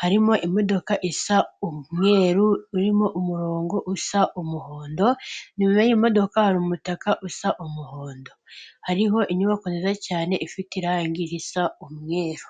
harimo imodoka isa umweru urimo umurongo usa umuhondo. Inyuma y'iyo modoka hari umutaka usa umuhondo, hariho inyubako nziza cyane ifite irangi risa umweru.